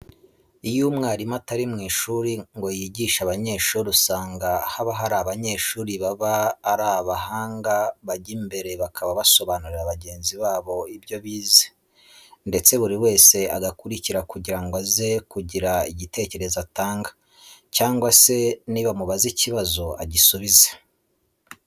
Iyo umwarimu atari mu ishuri ngo yigishe abanyeshuri usanga haba hari abanyeshuri baba ari abahanga bajya imbere bakaba basobanurira bagenzi babo ibyo bize ndetse buri wese agakurikira kugira ngo aze kugira igitekerezo atanga cyangwa se nibamubaza ikibazo agisubize.